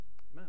Amen